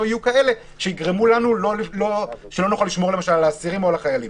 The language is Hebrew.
יהיו כאלה שיגרמו לנו למשל שלא נוכל לשמור על האסירים או על החיילים.